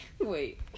Wait